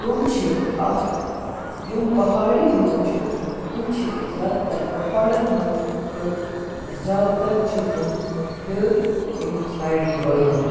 تِم چھِ اَکھ یِم پہاڑی لُکھ چھِ تِم چھِ زیادٕ تَر پہاڑن مَنٛز تہٕ زیادٕ تَر چھِ تِم ہیوٚر کٮ۪ن سایڑَن روزان